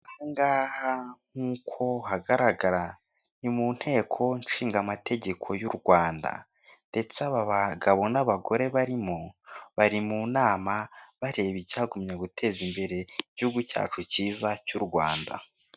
Aha ngaha nk'uko hagaragara, ni mu nteko nshingamategeko y'u Rwanda; ndetse aba bagabo n'abagore barimo, bari mu nama bareba icyagumya guteza imbere igihugu cyacu cyiza cy'u Rwanda.